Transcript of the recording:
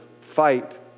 fight